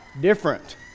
different